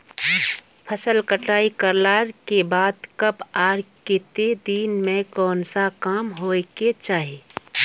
फसल कटाई करला के बाद कब आर केते दिन में कोन सा काम होय के चाहिए?